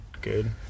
good